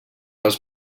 els